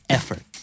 Effort